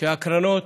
שהקרנות